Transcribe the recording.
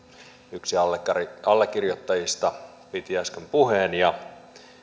allekirjoittajista piti äsken puheen ja